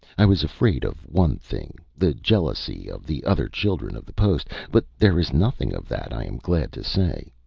i was afraid of one thing the jealousy of the other children of the post but there is nothing of that, i am glad to say.